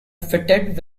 fitted